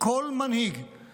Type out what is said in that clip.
כל מנהיג את